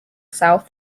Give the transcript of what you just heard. south